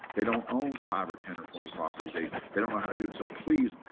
they don't own five or ten or twenty properties. they they don't know how to do it. so please,